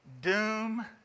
doom